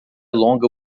longa